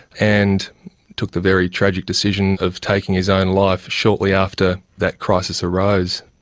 and took the very tragic decision of taking his own life shortly after that crisis arose.